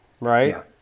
right